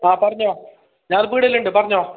ആ പറഞ്ഞോളൂ ഞാൻ പീടികയിലുണ്ട് പറഞ്ഞോളൂ